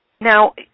Now